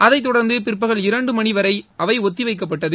அதைத் தொடர்ந்து பிற்பகல் இரண்டு மணி வரை அவை ஒத்தி வைக்கப்பட்டது